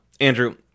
Andrew